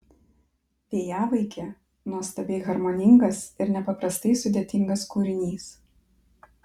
vėjavaikė nuostabiai harmoningas ir nepaprastai sudėtingas kūrinys